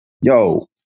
yo